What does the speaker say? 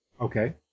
Okay